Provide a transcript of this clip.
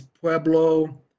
Pueblo